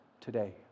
today